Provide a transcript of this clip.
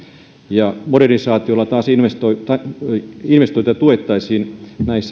ja modernisaatiorahasto jolla taas investointeja tuettaisiin